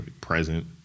present